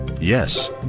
Yes